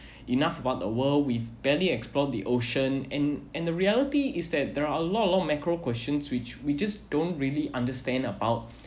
enough about the world with barely explore the ocean and and the reality is that there are a lot of macro questions which we just don't really understand about